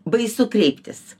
baisu kreiptis